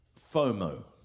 FOMO